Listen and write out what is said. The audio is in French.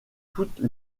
toutes